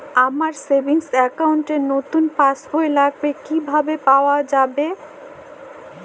আমার savings account র নতুন পাসবই লাগবে, কিভাবে পাওয়া যাবে?